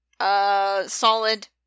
Solid